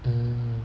um